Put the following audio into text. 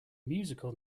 musical